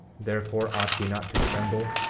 therefore ought ye not to tremble?